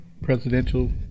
presidential